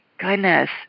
Goodness